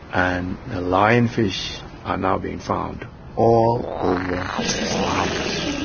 and the lionfish are now being found all over the bahamas,